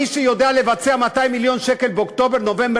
מי שיודע לבצע 200 מיליון שקל באוקטובר-נובמבר-דצמבר,